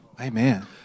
amen